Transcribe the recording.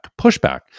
Pushback